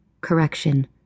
Correction